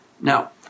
Now